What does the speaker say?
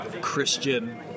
Christian